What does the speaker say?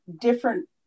different